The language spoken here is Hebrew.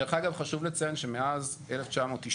דרך אגב, חשוב לציין שמאז 1992